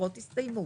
הבחירות הסתיימו,